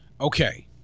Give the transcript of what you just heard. Okay